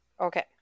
okay